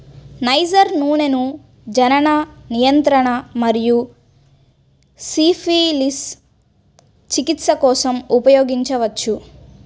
niger నూనెను జనన నియంత్రణ మరియు సిఫిలిస్ చికిత్స కోసం ఉపయోగించవచ్చు